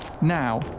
Now